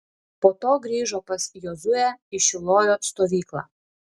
po to grįžo pas jozuę į šilojo stovyklą